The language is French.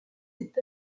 cet